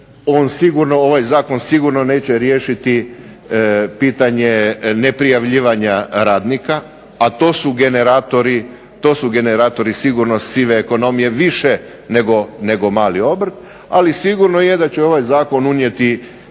ovaj zakon sigurno neće riješiti pitanje neprijavljivanja radnika, a to su generatori sigurno sive ekonomije više nego mali obrt. Ali, sigurno je da će ovaj zakon unijeti